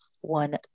One